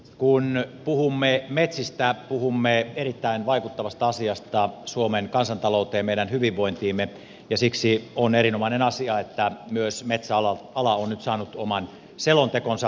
kun puhumme metsistä puhumme suomen kansantalouteen meidän hyvinvointiimme erittäin paljon vaikuttavasta asiasta ja siksi on erinomainen asia että myös metsäala on nyt saanut oman selontekonsa